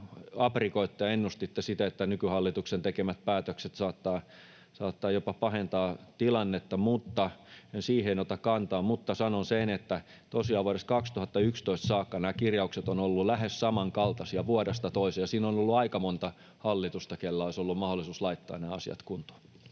aprikoitte ja ennustitte sitä, että nykyhallituksen tekemät päätökset saattavat jopa pahentaa tilannetta, mutta en siihen ota kantaa. Mutta sanon sen, että tosiaan vuodesta 2011 saakka nämä kirjaukset ovat olleet lähes samankaltaisia vuodesta toiseen, ja siinä on ollut aika monta hallitusta, keillä olisi ollut mahdollisuus laittaa nämä asiat kuntoon.